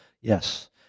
yes